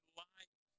life